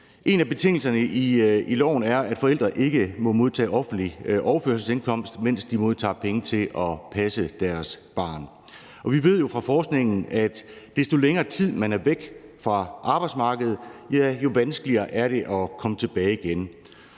En af betingelserne i loven er, at forældre ikke må modtage offentlig overførselsindkomst, mens de modtager penge til at passe deres barn. Og vi ved jo fra forskningen, at jo længere tid man er væk fra arbejdsmarkedet, desto vanskeligere er det at komme tilbage igen.